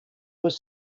was